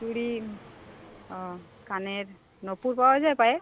চুড়ি ও কানের নূপুর পাওয়া যায় পায়ের